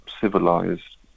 civilized